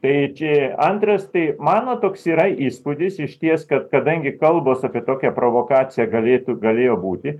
tai čia antras tai mano toks yra įspūdis išties kad kadangi kalbos apie tokią provokaciją galėtų galėjo būti